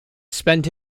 spend